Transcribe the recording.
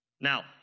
now